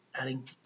adding